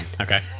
Okay